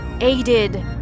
aided